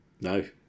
No